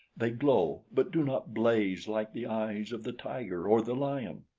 they glow, but do not blaze like the eyes of the tiger or the lion.